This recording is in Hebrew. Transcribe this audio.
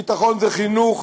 ביטחון זה חינוך,